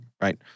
Right